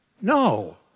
No